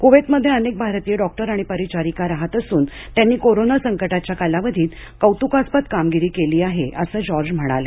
क्वेतमध्ये अनेक भारतीय डॉक्टर आणि परिचारिका रहात असून त्यांनी कोरोना संकटाच्या कालावधीत कौतुकास्पद कामगिरी केली आहे असं जॉर्ज म्हणाले